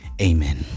Amen